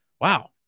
wow